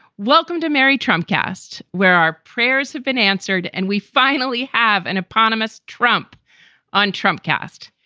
welcome to mary trump cast where our prayers have been answered and we finally have an eponymous trump on trump cast.